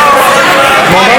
ממש לא.